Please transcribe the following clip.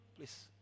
Please